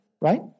right